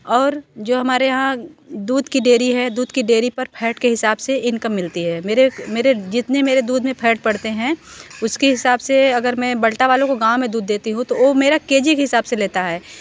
और जो हमारे यहाँ दूध की डेरी है दूध की डेरी पर फैट के हिसाब से इनकम मिलती है मेरे मेरे जितने मेरे दूध में फैट पड़ते हैं उसके हिसाब से अगर मैं बंटा वालों को गाँव में दूध देती हूँ तो ओ मेरा के जी के हिसाब से लेता है